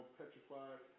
petrified